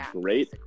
great